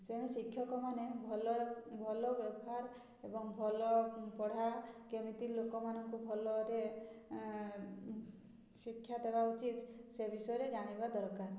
ତେଣୁ ଶିକ୍ଷକମାନେ ଭଲ ଭଲ ବ୍ୟବହାର ଏବଂ ଭଲ ପଢ଼ା କେମିତି ଲୋକମାନଙ୍କୁ ଭଲରେ ଶିକ୍ଷା ଦେବା ଉଚିତ୍ ସେ ବିଷୟରେ ଜାଣିବା ଦରକାର